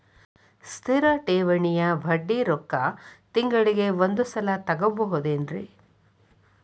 ಸ್ಥಿರ ಠೇವಣಿಯ ಬಡ್ಡಿ ರೊಕ್ಕ ತಿಂಗಳಿಗೆ ಒಂದು ಸಲ ತಗೊಬಹುದೆನ್ರಿ?